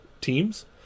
teams